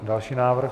Další návrh.